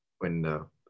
window